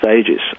stages